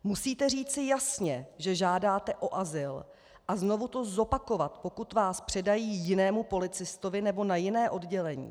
Musíte říci jasně, že žádáte o azyl, a znovu to zopakovat, pokud vás předají jinému policistovi nebo na jiné oddělení.